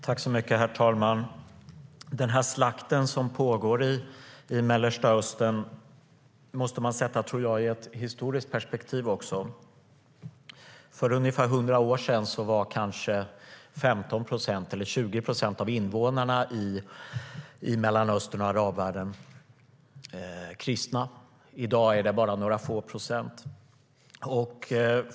Fru talman! Den slakt som pågår i Mellanöstern tror jag måste sättas i ett historiskt perspektiv. För ungefär hundra år sedan var kanske 15 eller 20 procent av invånarna i Mellanöstern och arabvärlden kristna. I dag är det bara några få procent.